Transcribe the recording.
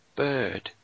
bird